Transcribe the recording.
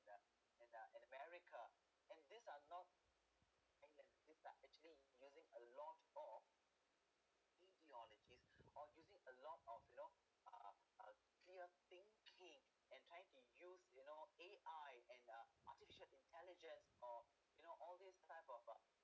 the in uh in america and this are not and uh this are actually using a lot of ideologies or using a lot of you know uh uh clear thinking and trying to use you know A_I and artificial intelligence or you know all this type of uh